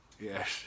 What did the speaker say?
Yes